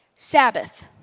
Sabbath